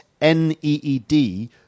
N-E-E-D